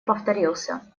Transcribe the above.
повторился